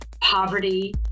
poverty